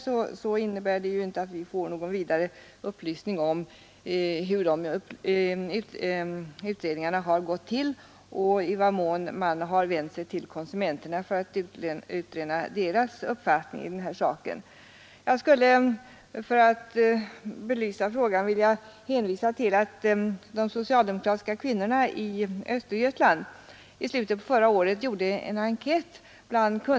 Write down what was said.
Men vi får inte någon vidare upplysning om hur de undersökningarna har gått till och i vad mån man har vänt sig till konsumenterna för att utröna deras uppfattning i den här saken. Jag skulle, för att belysa saken, vilja hänvisa till att de socialdemokratiska kvinnorna i Östergötland i slutet av förra året gjorde en enkät.